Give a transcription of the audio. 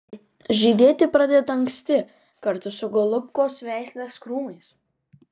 žydėti pradeda anksti kartu su golubkos veislės krūmais